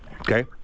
Okay